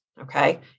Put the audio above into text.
Okay